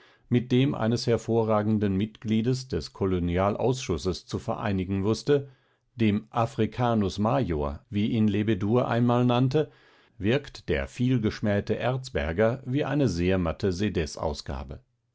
mit dem eines hervorragenden mitgliedes des kolonialausschusses zu vereinigen wußte dem africanus major wie ihn ledebour einmal nannte wirkt der vielgeschmähte erzberger wie eine sehr matte